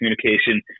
communication